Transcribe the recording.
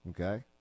Okay